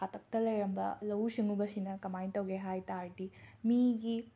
ꯍꯥꯛꯇꯛꯇ ꯂꯩꯔꯝꯕ ꯂꯧꯎ ꯁꯤꯡꯎꯕꯁꯤꯅ ꯀꯃꯥꯏꯅ ꯇꯧꯒꯦ ꯍꯥꯏ ꯇꯥꯔꯗꯤ ꯃꯤꯒꯤ